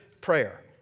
prayer